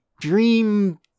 dream